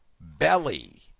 Belly